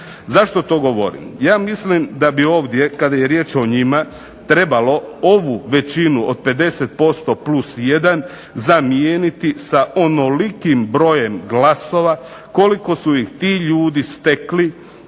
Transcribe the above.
Zašto to govorim? Ja mislim da bi ovdje kada je riječ o njima trebalo ovu većinu od 50% +1 zamijeniti sa onolikim brojem glasova koliko su ih ti ljudi stekli